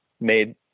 made